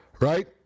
right